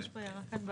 נכון.